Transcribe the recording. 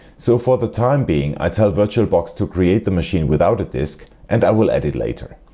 so for the time being i tell virtualbox to create the machine without a disk and i will add it later.